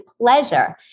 pleasure